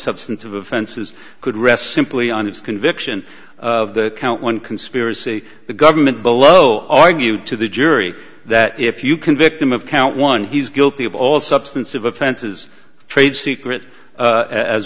substantive offenses could rest simply on his conviction count one conspiracy the government below argued to the jury that if you convict him of count one he's guilty of all substance of offenses trade secret